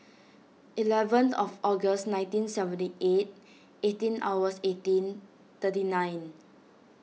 eleven of August nineteen seventy eight eighteen hours eighteen thirty nine